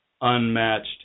unmatched